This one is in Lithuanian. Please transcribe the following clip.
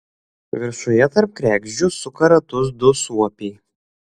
viršuje tarp kregždžių suka ratus du suopiai